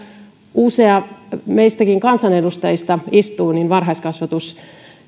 usea meistäkin kansanedustajista istuu varhaiskasvatus